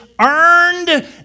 earned